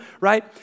right